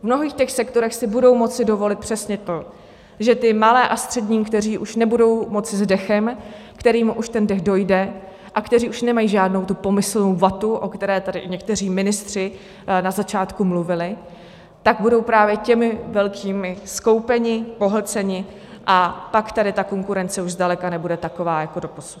V mnohých těch sektorech si budou moci dovolit přesně to, že ty malé a střední, kteří už nebudou moci s dechem, kterým už ten dech dojde a kteří už nemají žádnou tu pomyslnou vatu, o které tady někteří ministři na začátku mluvili, budou právě těmi velkými skoupeni, pohlceni a pak tady ta konkurence zdaleka nebude taková jako doposud.